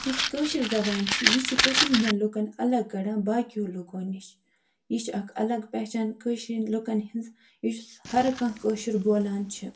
یُس کٲشِر زبان چھِ یہِ چھِ کٔشیٖرِ ہٕنٛدیٚن لُکَن الگ کڑان باقِیَو لُکَو نِش یہِ چھِ اَکھ الگ پہچھان کٲشِریٚن لُکَن ہٕنٛز یُس ہر کانٛہہ کٲشُر بولان چھِ